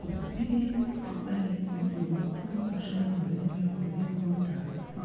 ಅವತ್ತಿಗೆ ಅಲ್ಲಿ ಮೂವತ್ತಮೂರು ಪರ್ಶೆಂಟ್ ಮಹಿಳೆಯರಿಗೆ ಕೊಡಬೇಕು ಅಂತ